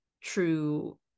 true